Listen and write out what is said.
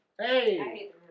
Hey